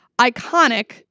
iconic